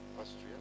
Austria